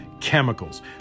chemicals